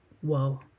whoa